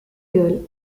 girl